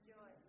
Joy